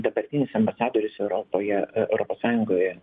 dabartinis ambasadorius europoje europos sąjungoje